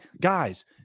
guys